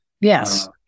Yes